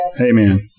Amen